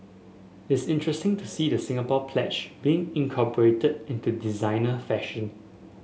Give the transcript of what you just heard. it's interesting to see the Singapore Pledge being incorporated into designer fashion